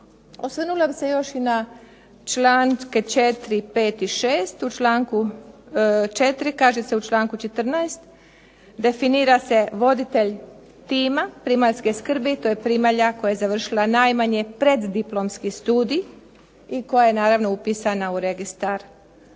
Osvrnula bih se još i na članke 4., 5. i 6. U članku 4. kaže se u članku 14. definira se voditelj tima primaljske skrbi, to je primalja koja je završila najmanje preddiplomski studij i koja je naravno upisana u registar pri